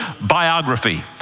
biography